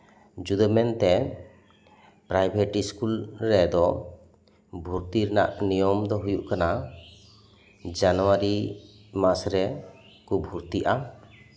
ᱡᱩᱫᱟᱹ ᱢᱮᱱᱛᱮ private school ᱨᱮᱫᱚ ᱵᱷᱚᱨᱛᱤ ᱨᱮᱱᱟᱜ ᱱᱤᱭᱚᱢ ᱫᱚ ᱦᱩᱭᱩᱜ ᱠᱟᱱᱟ ᱡᱟᱱᱩᱣᱟᱨᱤ ᱢᱟᱥᱼᱨᱮ ᱠᱚ ᱵᱷᱚᱨᱛᱤᱜᱼᱟ